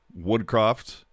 Woodcroft